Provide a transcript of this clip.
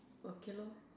okay lor